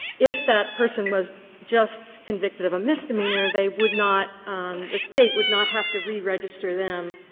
if that person was just convicted of a misdemeanor, they would not the state would not have to re-register them